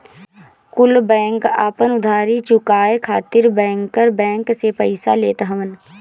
कुल बैंक आपन उधारी चुकाए खातिर बैंकर बैंक से पइसा लेत हवन